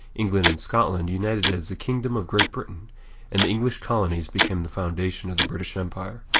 england and scotland united as the kingdom of great britain and the english colonies became the foundation of the british empire.